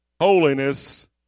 Holiness